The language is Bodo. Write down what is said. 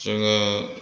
जोङो